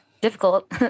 difficult